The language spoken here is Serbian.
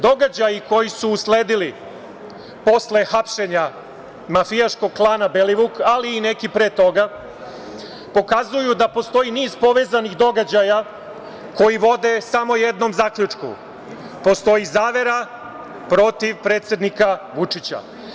Događaji koji su usledili posle hapšenja mafijaškog klana Belivuk, ali i neki pre toga pokazuju da postoji niz povezanih događaja koji vode samo jednom zaključku – postoji zavera protiv predsednika Vučića.